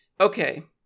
Okay